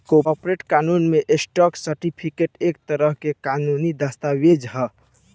corporate कानून में, stock certificate एक तरह के कानूनी दस्तावेज ह